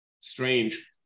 strange